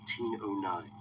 1809